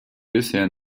bisher